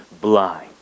blind